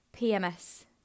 pms